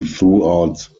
throughout